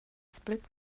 split